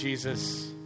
Jesus